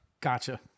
Gotcha